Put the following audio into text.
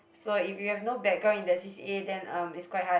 so if you have no background in that C_C_A then um it's quite hard